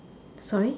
sorry